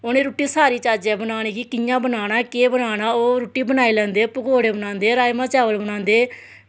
उनें रुट्टी सारी चज्ज ऐ बनाने गी कियां बनाना केह् बनाना होर रुट्टी बनांदे पकौड़े बनांदे राजमांह् चावल बनाई लैंदे